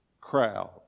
crowd